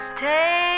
Stay